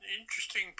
interesting